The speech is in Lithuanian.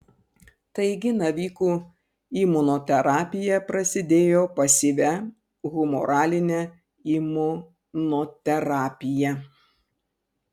taigi navikų imunoterapija prasidėjo pasyvia humoraline imunoterapija